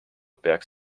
peaks